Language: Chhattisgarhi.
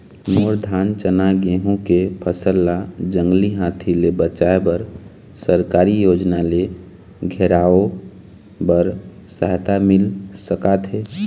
मोर धान चना गेहूं के फसल ला जंगली हाथी ले बचाए बर सरकारी योजना ले घेराओ बर सहायता मिल सका थे?